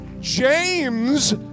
James